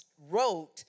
wrote